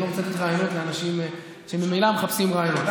אני לא רוצה לתת רעיונות לאנשים שממילא מחפשים רעיונות.